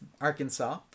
Arkansas